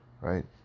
right